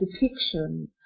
depiction